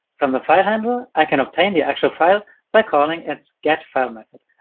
from the file handler i can obtain the actual file by calling its getfile method.